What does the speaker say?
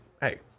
hey